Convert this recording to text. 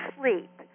sleep